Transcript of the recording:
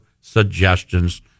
suggestions